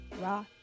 raw